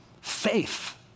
Faith